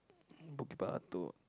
Bukit-Batok